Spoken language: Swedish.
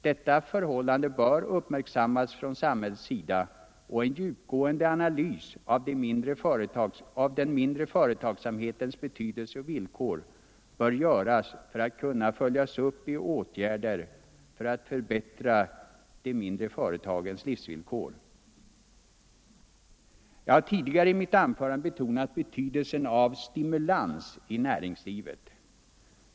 Detta förhållande bör uppmärksammas av samhället, och en djupgående analys av den mindre företagsamhetens betydelse och villkor bör göras för att kunna följas upp i åtgärder för att förbättra de mindre företagens livsvillkor. Jag har tidigare i mitt anförande betonat betydelsen av stimulans i näringslivet.